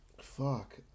fuck